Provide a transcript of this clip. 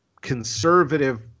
conservative